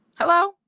Hello